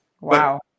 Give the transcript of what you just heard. Wow